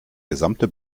gesamte